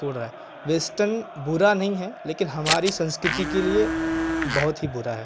छोड़ रहा है वेस्टर्न बुरा नहीं है लेकिन हमारी संस्कृति के लिए बहुत ही बुरा है